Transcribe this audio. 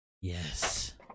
Yes